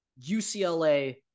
UCLA